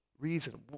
reason